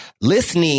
listening